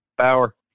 Power